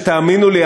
שתאמינו לי,